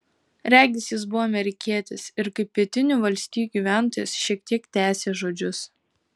regis jis buvo amerikietis ir kaip pietinių valstijų gyventojas šiek tiek tęsė žodžius